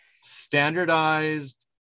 standardized